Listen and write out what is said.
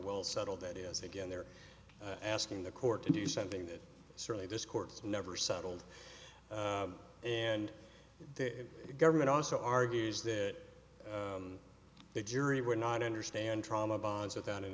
well settled that is again they're asking the court to do something that certainly this court's never settled and the government also argues that the jury would not understand trauma bonds without an